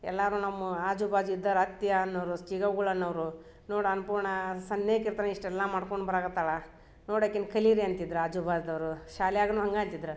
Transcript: ಎಲ್ಲಾರು ನಮ್ಮ ಆಜು ಬಾಜು ಇದ್ದೋರು ಅತ್ತಿ ಅನ್ನೋರು ಚಿಗಗುಳ ಅನ್ನೋರು ನೋಡು ಅನ್ನಪೂರ್ಣ ಸಣ್ಯೇಕಿರ್ತನ ಇಷ್ಟೆಲ್ಲ ಮಾಡ್ಕೊಂಡು ಬರಕತ್ತಾಳ ನೋಡು ಆಕಿನ ಕಲಿರಿ ಅಂತಿದ್ದರು ಆಜು ಬಾಜ್ದವರು ಶಾಲೆಯಾಗ್ನು ಹಂಗೆ ಅಂತಿದ್ರು